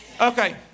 Okay